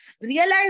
Realize